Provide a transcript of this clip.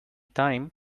time